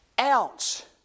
ounce